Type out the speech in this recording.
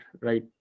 right